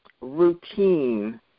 routine